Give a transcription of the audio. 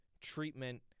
treatment